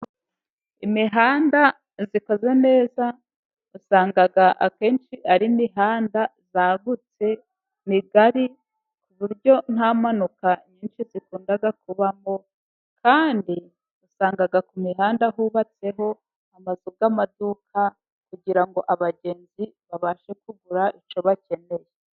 Imihanda ikoze neza, usanga akenshi ari imihanda yagutse migari ku buryo nta mpanuka nyinshi zikunda kubamo. Kandi usanga ku mihanda hubatseho amazu y’amaduka kugira abagenzi babashe kugura icyo bakeneye.